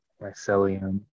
mycelium